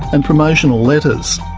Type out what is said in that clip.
and promotional letters.